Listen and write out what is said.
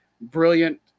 brilliant